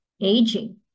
aging